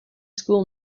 school